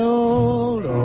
old